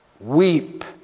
weep